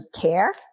care